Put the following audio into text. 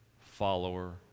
follower